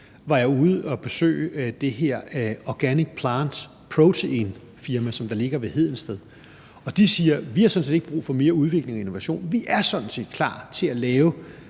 var jeg ude at besøge firmaet Organic Plant Protein, som ligger ved Hedensted, og de siger: Vi har sådan set ikke brug for mere udvikling og innovation; vi er sådan set klar til at lave